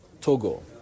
Togo